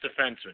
defenseman